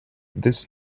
this